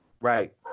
Right